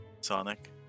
Sonic